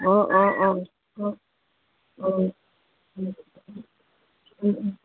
অঁ অঁ অঁ অঁ অঁ অঁ